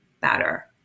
better